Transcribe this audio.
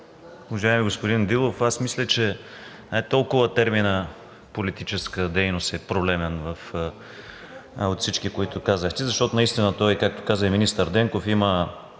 Уважаеми господин Дилов, мисля, че не толкова терминът „политическа дейност“ е проблемен от всички, които казахте, защото наистина той е, както каза министър Денков, има